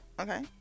Okay